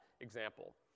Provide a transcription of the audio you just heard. example